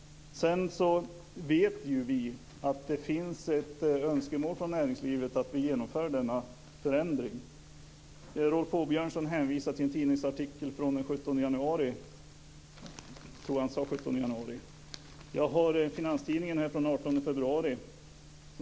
Vi vet ju att det finns ett önskemål från näringslivet att vi genomför denna förändring. Rolf Åbjörnsson hänvisar till en tidningsartikel från den 17 januari. Jag har Finanstidningen från den 18 februari här.